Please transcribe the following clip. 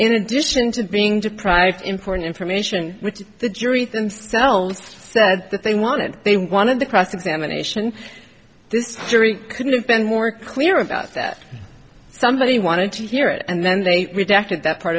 in addition to being deprived of important information which the jury cells said that they wanted they wanted the cross examination this jury couldn't have been more clear about that somebody wanted to hear it and then they redacted that part